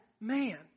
man